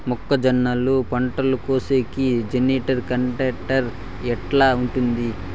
మొక్కజొన్నలు పంట కోసేకి జాన్డీర్ టాక్టర్ ఎట్లా ఉంటుంది?